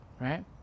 Right